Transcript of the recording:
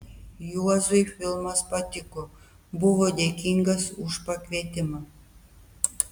juozui filmas patiko buvo dėkingas už pakvietimą